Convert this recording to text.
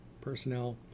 personnel